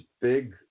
big